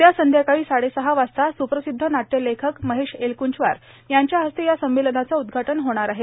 उद्या संध्याकाळी साडेसहा वाजता सुप्रसिद्ध नाट्य लेखक महेश एलकुंचवार यांच्या हस्ते या संमेलनाचं उद्घाटन होणार आहे